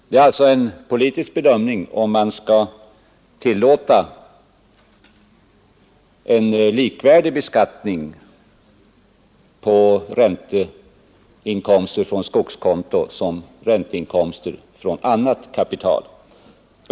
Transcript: Det är alltså en politisk bedömning, om man skall tillåta en likvärdig beskattning på ränteinkomster från skogskonto som på ränteinkomster från annat kapital.